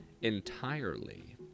entirely